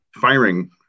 firing